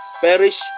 perish